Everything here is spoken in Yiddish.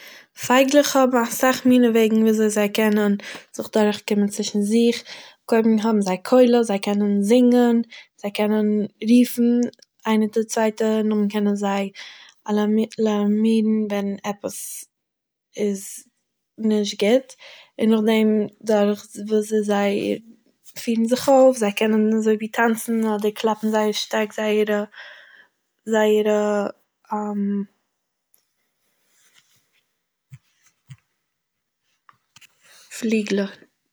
פייגעלעך האבן אסאך מינע וועגן ווי אזוי זיי קענען זיך דורכקומען צווישן זיך, קודם האבן זיי קולות, זיי קענען זינגען, זיי קענען רופן איינער די צווייטער נאכדעם קענען זיי אלאמ- אלאמירן ווען עפעס איז נישט גוט, און נאכדעם דורך ווי אזוי זיי פירן זיך אויף זיי קענען אזוי ווי טאנצען אדער קלאפן זייער שטארק זייערע זייערע פליגלען.